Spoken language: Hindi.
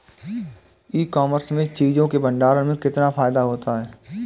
ई कॉमर्स में चीज़ों के भंडारण में कितना फायदा होता है?